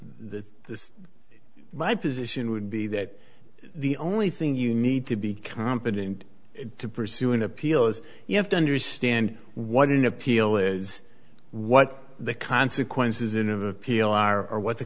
this my position would be that the only thing you need to be competent to pursue an appeal is you have to understand what an appeal is what the consequences in of appeal are or what the